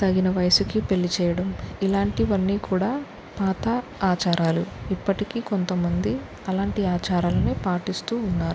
తగిన వయసుకి పెళ్ళి చేయడం ఇలాంటివి అన్నీ కూడా పాత ఆచారాలు ఇప్పటికీ కొంతమంది అలాంటి ఆచారాలనే పాటిస్తూ ఉన్నారు